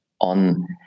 on